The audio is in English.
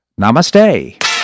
Namaste